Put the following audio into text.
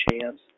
chance